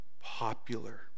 popular